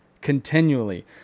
continually